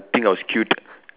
think I was cute